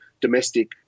domestic